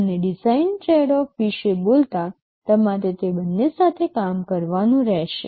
અને design tradeoff વિશે બોલતા તમારે તે બંને સાથે કામ કરવાનું રહેશે